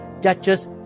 Judges